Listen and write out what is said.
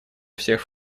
всех